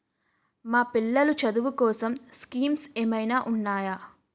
మా పిల్లలు చదువు కోసం స్కీమ్స్ ఏమైనా ఉన్నాయా?